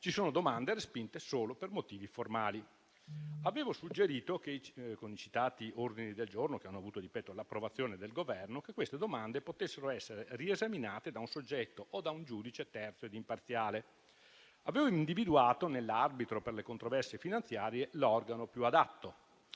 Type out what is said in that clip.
Ci sono domande respinte solo per motivi formali. Avevo suggerito, con i citati ordini del giorno che sono stati accolti dal Governo, che queste domande potessero essere riesaminate da un soggetto o da un giudice terzo ed imparziale. Avevo individuato nell'Arbitro per le controversie finanziarie (ACF) l'organo più adatto;